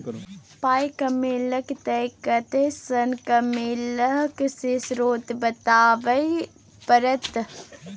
पाइ कमेलहक तए कतय सँ कमेलहक से स्रोत बताबै परतह